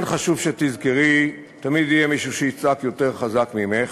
חשוב שתזכרי שכאן תמיד יהיה מישהו שיצעק יותר חזק ממך.